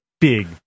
big